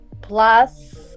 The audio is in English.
plus